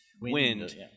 wind